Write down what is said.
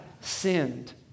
sinned